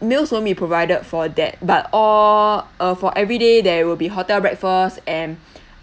meals won't be provided for that but or uh for every day there will be hotel breakfast and